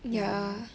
ya